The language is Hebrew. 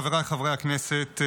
חבריי חברי הכנסת,